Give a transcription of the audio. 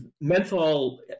menthol